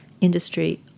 industry